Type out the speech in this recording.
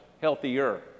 healthier